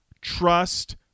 Trust